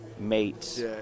Mates